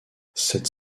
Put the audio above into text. cette